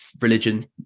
religion